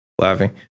laughing